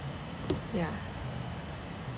ya